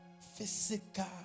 Physical